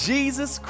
Jesus